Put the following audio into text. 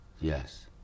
Yes